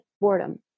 boredom